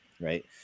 right